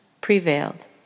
prevailed